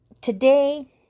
today